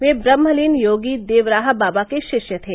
वे ब्रह्मलीन योगी देवराहा बाबा के शिष्य थे